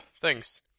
Thanks